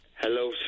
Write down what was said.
Hello